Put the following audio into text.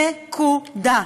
נקודה.